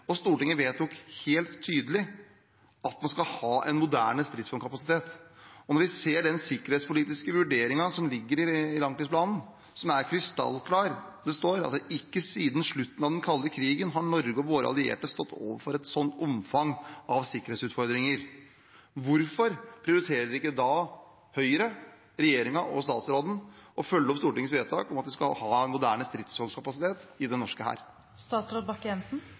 Stortinget vedtok helt tydelig at man skal ha en moderne stridsvognkapasitet. Og den sikkerhetspolitiske vurderingen som ligger i langtidsplanen, er krystallklar. Det står: «Ikke siden slutten av den kalde krigen har Norge og våre allierte stått overfor et slikt omfang av samtidige sikkerhetsutfordringer». Hvorfor prioriterer ikke da Høyre, regjeringen og statsråden å følge opp Stortingets vedtak om at vi skal ha en moderne stridsvognkapasitet i den norske